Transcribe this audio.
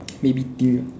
made me think